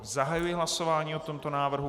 Zahajuji hlasování o tomto návrhu.